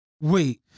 Wait